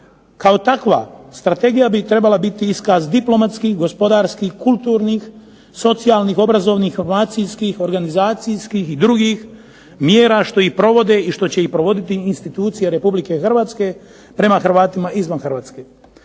kao takva strategija bi trebala biti iskaz diplomatskih, gospodarskih, kulturnih, socijalnih, obrazovnih, informacijskih, organizacijskih i drugih mjera što ih provode i što će ih provoditi institucije Republike Hrvatske prema Hrvatima izvan Hrvatske.